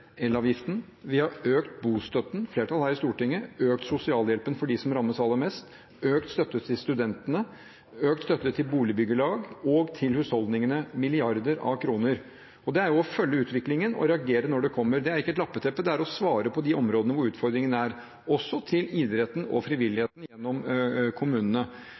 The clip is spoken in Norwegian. flertall her i Stortinget har økt bostøtten, vi har økt sosialhjelpen for dem som rammes aller mest, vi har økt støtten til studentene, vi har økt støtten til boligbyggelag og gitt milliarder av kroner til husholdningene. Det er å følge utviklingen og reagere når det kommer. Det er ikke et lappeteppe, det er å svare på de områdene hvor utfordringene er. Vi har også gitt støtte til idretten og frivilligheten gjennom kommunene.